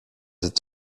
its